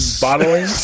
bottling